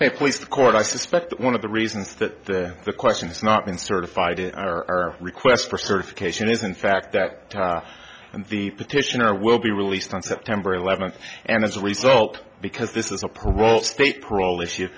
they please the court i suspect that one of the reasons that the question has not been certified in our request for certification is in fact that the petitioner will be released on september eleventh and as a result because this is a parole state parole issue